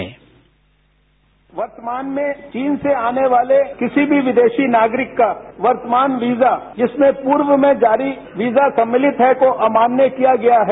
bite वर्तमान में चीन से आने वाले किसी भी विदेशी नागरिक का वर्तमान वीजा जिसमें पूर्व में जारी वीजा सम्मिलित है को अमान्य किया गया है